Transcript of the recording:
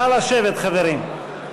נא לשבת, חברים.